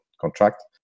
contract